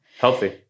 Healthy